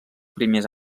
primers